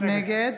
נגד